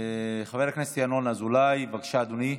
חבר הכנסת יָנון אזולאי, בבקשה, אדוני.